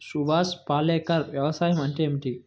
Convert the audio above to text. సుభాష్ పాలేకర్ వ్యవసాయం అంటే ఏమిటీ?